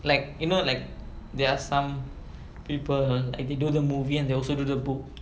like you know like there are some people like they do the movie and they also do the book